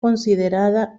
considerada